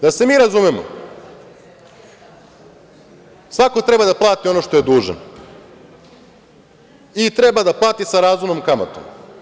Da se mi razumemo, svako treba da plati ono što je dužan i treba da plati sa razumnom kamatom.